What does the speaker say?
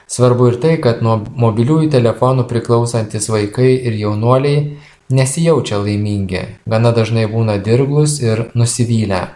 svarbu ir tai kad nuo mobiliųjų telefonų priklausantys vaikai ir jaunuoliai nesijaučia laimingi gana dažnai būna dirglūs ir nusivylę